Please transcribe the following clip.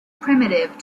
primitive